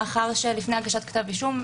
מאחר שלפני הגשת כתב אישום,